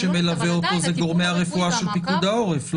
שמלווה אותו זה גורמי הרפואה של פיקוד העורף?